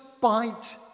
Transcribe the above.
bite